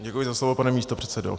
Děkuji za slovo, pane místopředsedo.